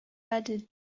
added